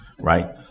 right